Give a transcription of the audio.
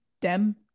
Dem